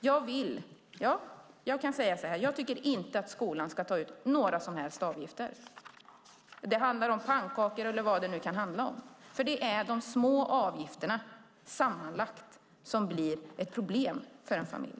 Jag tycker inte att skolan ska ta ut några som helst avgifter, om det nu är pannkakor eller vad det kan handla om. Det är de små avgifterna sammanlagt som blir ett problem för en familj.